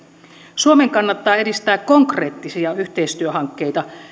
suomen kannattaa edistää konkreettisia yhteistyöhankkeita